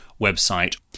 website